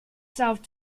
south